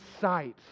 sight